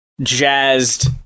jazzed